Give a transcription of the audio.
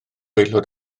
aelod